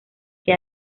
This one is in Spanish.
que